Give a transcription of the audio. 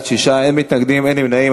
בעד, 6, אין מתנגדים ואין נמנעים.